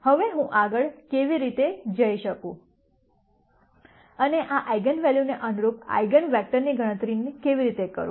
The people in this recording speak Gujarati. હવે હું આગળ કેવી રીતે જઈ શકું અને આ આઇગન વેલ્યુને અનુરૂપ આઇગન વેક્ટર ની ગણતરી કેવી રીતે કરું